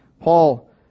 Paul